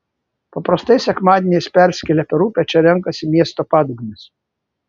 paprastai sekmadieniais persikėlę per upę čia renkasi miesto padugnės